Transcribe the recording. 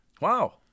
Wow